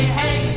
hey